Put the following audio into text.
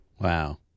Wow